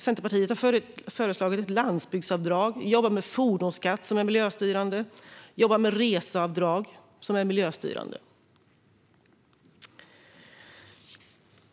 Centerpartiet har föreslagit ett landsbygdsavdrag och att man ska jobba med fordonsskatt och reseavdrag som är miljöstyrande.